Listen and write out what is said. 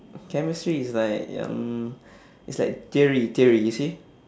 chemistry is like um is like theory theory you see